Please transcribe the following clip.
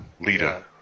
leader